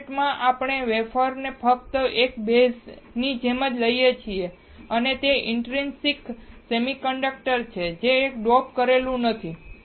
MOSFET માં આપણે wafer ને ફક્ત એક બેઝ ની જેમ લઈએ છીએ અને તે ઇન્ટરિનસિક સેમી કંડક્ટર છે જે ડોપ કરેલું નથી